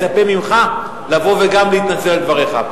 אני מצפה ממך לבוא וגם להתנצל על דבריך.